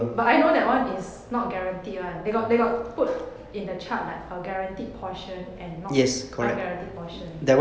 but I know that one is not guaranteed [one] they got they got put in the chart like uh guaranteed portion and not unguaranteed portion